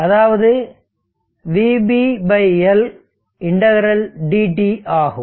அதாவது vBL∫dt ஆகும்